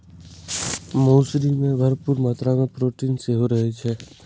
मौसरी मे भरपूर मात्रा मे प्रोटीन सेहो रहै छै